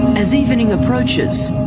as evening approaches,